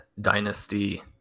dynasty